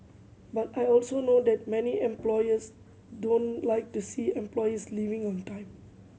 but I also know that many employers don't like to see employees leaving on time